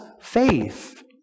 faith